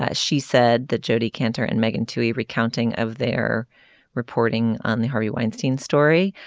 ah she said that jodi kantor and make and to a recounting of their reporting on the harvey weinstein story.